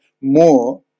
more